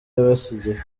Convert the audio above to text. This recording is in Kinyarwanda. yabasigiye